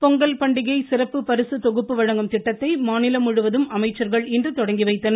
பொங்கல் பண்டிகை சிறப்பு பரிசு தொகுப்பு திட்டத்தை மாநிலம் முழுவதும் அமைச்சர்கள் இன்று தொடங்கி வைத்தனர்